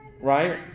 right